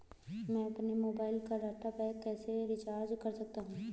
मैं अपने मोबाइल का डाटा पैक कैसे रीचार्ज कर सकता हूँ?